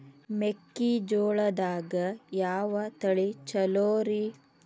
ಮೆಕ್ಕಿಜೋಳದಾಗ ಯಾವ ತಳಿ ಛಲೋರಿ?